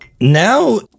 Now